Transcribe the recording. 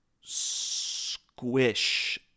squish